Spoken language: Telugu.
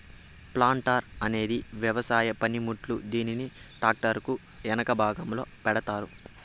ప్లాంటార్ అనేది వ్యవసాయ పనిముట్టు, దీనిని ట్రాక్టర్ కు ఎనక భాగంలో పెడతారు